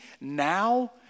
now